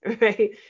right